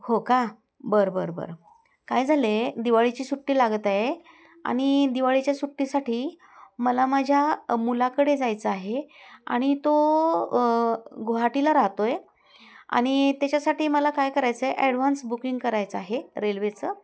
हो का बरं बरं बरं काय झालं आहे दिवाळीची सुट्टी लागत आहे आणि दिवाळीच्या सुट्टीसाठी मला माझ्या मुलाकडे जायचं आहे आणि तो गुवाहाटीला राहतो आहे आणि त्याच्यासाठी मला काय करायचं आहे ॲडवान्स बुकिंग करायचं आहे रेल्वेचं